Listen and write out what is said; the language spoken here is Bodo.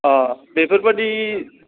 बेफोरबायदि